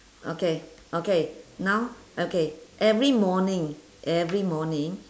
okay okay now okay every morning every morning